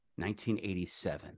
1987